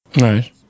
Right